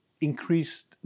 increased